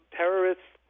terrorists